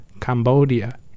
Cambodia